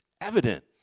evident